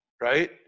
Right